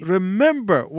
Remember